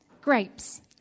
Grapes